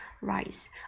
rice